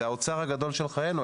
זה האוצר הגדול של חיינו,